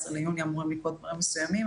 ביוני אמורים לקרות דברים מסוימים,